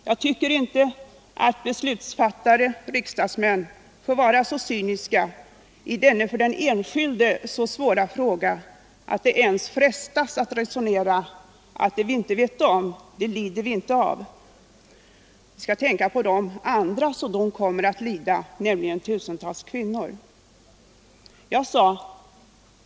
Jag tycker inte att beslutsfattarna — riksdagsmännen — får vara så cyniska i denna för den enskilde så svåra fråga att de ens frestas att resonera på det sättet att det vi inte vet om, det lider vi inte av. Vi skall tänka på hur andra kommer att lida, nämligen tusentals kvinnor.